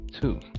two